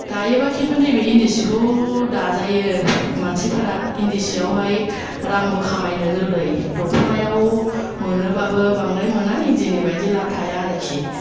दायोबा खिन्थु नैबे इन्दि सिखौ दाजायो मानसिफोरा इन्दि सियावहाय रांबो खामायनो गोरलै दखनायाव मोनोबाबो बांद्राय मोना इन्दिनि बायदि लाब थाया आरोखि